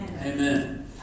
Amen